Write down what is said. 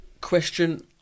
question